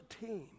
team